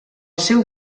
seu